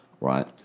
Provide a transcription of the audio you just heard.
right